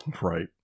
Right